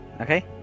Okay